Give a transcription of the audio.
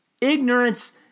Ignorance